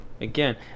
again